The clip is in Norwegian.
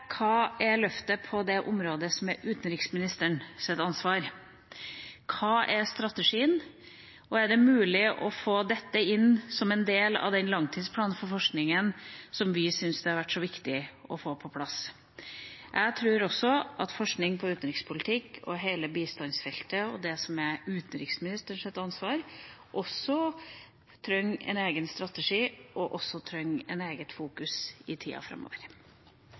hva som er løftet på det området som er utenriksministerens ansvar. Hva er strategien, og er det mulig å få dette inn som en del av langtidsplanen for forskninga, som vi syns har vært så viktig å få på plass? Jeg tror at forskning på utenrikspolitikk, på hele bistandsfeltet og på det som er utenriksministerens ansvar, også trenger en egen strategi og en egen fokusering i tida framover.